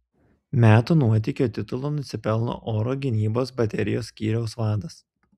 metų nuotykio titulo nusipelno oro gynybos baterijos skyriaus vadas